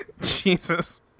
Jesus